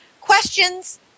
Questions